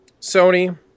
Sony